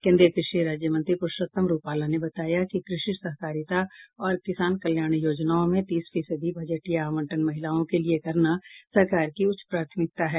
कोन्द्रीय कृषि राज्यमंत्री प्रूषोत्तम रूपाला ने बताया कि कृषि सहकारिता और किसान कल्याण योजनाओं में तीस फीसदी बजटीय आवंटन महिलाओं के लिए करना सरकार की उच्च प्राथमिकता है